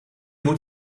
moet